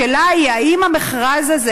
השאלה היא: האם המכרז הזה,